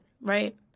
right